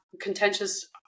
contentious